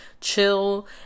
chill